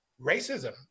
racism